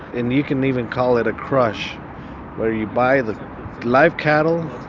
and you can even call it a crush where you buy the live cattle,